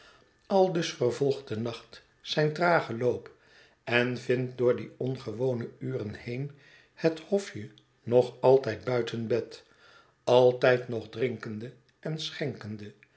aldus vervolgt de nacht zijn tragen loop en vindt door die ongewone uren heen het hofje nog altijd buiten bed altijd nog drinkende en schenkende